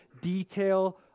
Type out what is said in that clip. detail